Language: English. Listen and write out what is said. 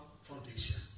foundation